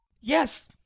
Yes